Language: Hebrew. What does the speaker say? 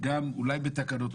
אולי בתקנות,